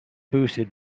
boosted